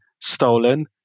stolen